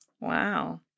Wow